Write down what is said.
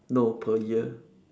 no per year